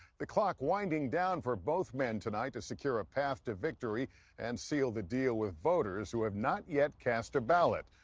the clock winding down for both men tonight to secure a path to victory and seal the deal with voters who have not yet cast a ballot.